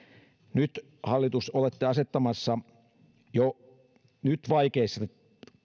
nyt hallitus olette asettamassa jo nyt vaikeassa